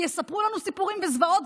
ויספרו לנו סיפורים וזוועות,